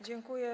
Dziękuję.